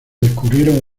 descubrieron